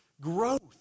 growth